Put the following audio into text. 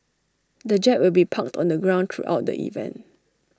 the jet will be parked on the ground throughout the event